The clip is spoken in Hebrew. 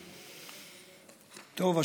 טוב,